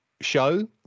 show